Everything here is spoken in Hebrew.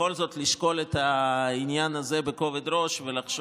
בכל זאת לשקול את העניין הזה בכובד ראש ולחשוב.